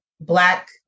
Black